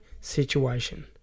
situation